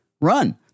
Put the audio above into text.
run